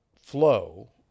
flow